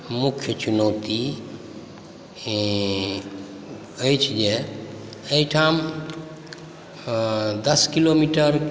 मुख्य चुनौती अछि जे एहिठाम दश किलोमीटर